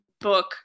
book